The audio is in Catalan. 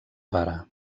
pare